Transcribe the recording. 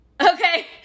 Okay